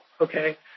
Okay